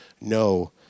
no